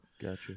Gotcha